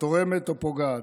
תורמת או פוגעת?